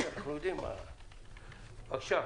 בבקשה.